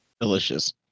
Delicious